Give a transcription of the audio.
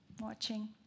watching